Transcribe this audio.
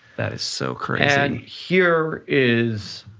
that is so crazy. and here is